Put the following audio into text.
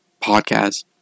Podcast